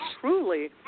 truly